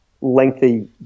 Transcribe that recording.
lengthy